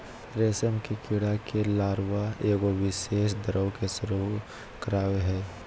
रेशम के कीड़ा के लार्वा एगो विशेष द्रव के स्त्राव करय हइ